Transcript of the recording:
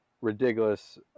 ridiculous